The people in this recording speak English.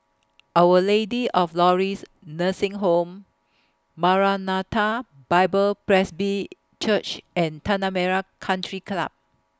Our Lady of Lourdes Nursing Home Maranatha Bible Presby Church and Tanah Merah Country Club